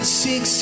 six